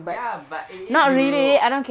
ya but it is europe